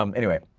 um anyway.